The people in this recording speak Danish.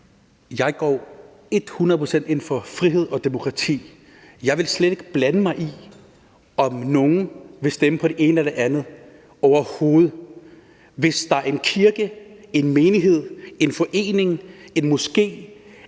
procent ind for frihed og demokrati, og jeg vil slet ikke blande mig i, om nogen vil stemme på det ene eller det andet, overhovedet ikke. Hvis der i en kirke, en menighed, en forening, en moské